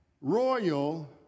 royal